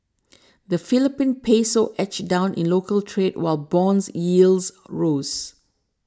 the Philippine Peso edged down in local trade while bond yields rose